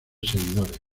seguidores